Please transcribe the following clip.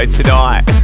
tonight